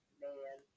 man